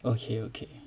okay okay